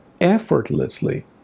effortlessly